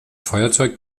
feuerzeug